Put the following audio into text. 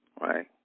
right